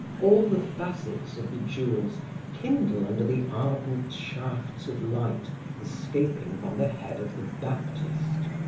all the facets of the jewels kindle under the ardent shafts of light escaping from the head of the baptist.